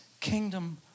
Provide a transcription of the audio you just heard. kingdom